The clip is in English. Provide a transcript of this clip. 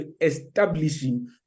establishing